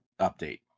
update